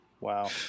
Wow